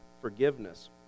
forgiveness